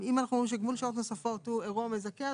אם אנחנו אומרים שגמול שעות נוספות הוא אירוע מזכה,